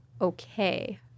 okay